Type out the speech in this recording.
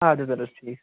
اَدٕ حظ اَدٕ حظ ٹھیٖک